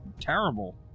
terrible